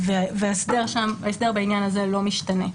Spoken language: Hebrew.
ההסדר בעניין הזה לא משתנה.